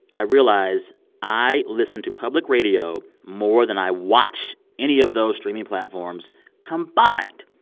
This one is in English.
i realize i listen to public radio more than i watch any of those streaming platforms combined.